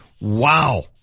wow